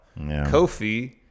Kofi